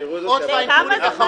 החייב.